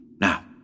now